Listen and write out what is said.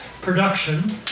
Production